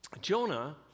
Jonah